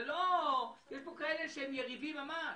יש פה כאלה שהם יריבים ממש.